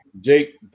Jake